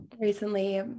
recently